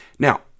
Now